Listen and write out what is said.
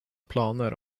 planer